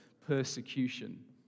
persecution